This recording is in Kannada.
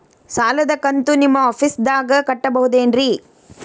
ಸಾಲದ ಕಂತು ನಿಮ್ಮ ಆಫೇಸ್ದಾಗ ಕಟ್ಟಬಹುದೇನ್ರಿ?